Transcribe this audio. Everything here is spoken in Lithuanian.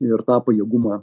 ir tą pajėgumą